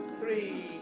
Three